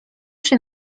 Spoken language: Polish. się